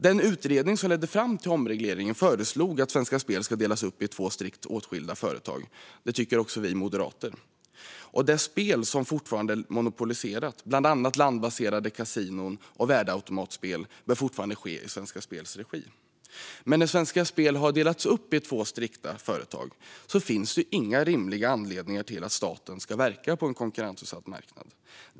Den utredning som ledde fram till omregleringen föreslog att Svenska Spel skulle delas upp i två strikt åtskilda företag. Det tycker också vi moderater. Det spel som fortfarande är monopoliserat, bland annat landbaserade kasinon och värdeautomatspel, bör fortfarande ske i Svenska Spels regi. När Svenska Spel har delats upp i två strikta företag finns inga rimliga anledningar till att staten ska verka på en konkurrensutsatt marknad.